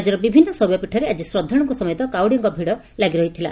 ରାଜ୍ୟର ବିଭିନ୍ ଶୈବପୀଠରେ ଆକି ଶ୍ରଦ୍ଧାଳୁଙ୍କ ସମେତ କାଉଡ଼ିଆଙ୍କ ଭିଡ଼ ଲାଗି ରହିଥିଲା